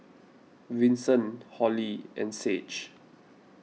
Vinson Holli and Sage